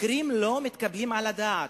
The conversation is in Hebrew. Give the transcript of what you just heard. מקרים שלא מתקבלים על הדעת.